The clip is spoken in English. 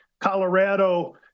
Colorado